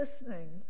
listening